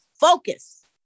focus